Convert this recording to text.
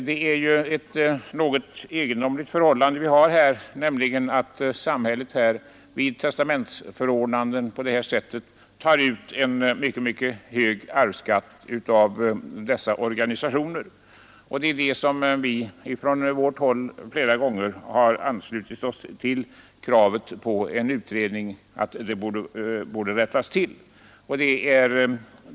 Vi har här ett något egendomligt förhållande, nämligen att samhället vid testamentsförordnanden tar ut en mycket hög arvsskatt av dessa organisationer. Från vårt håll har vi flera gånger anslutit oss till kravet på en utredning för att rätta till situationen.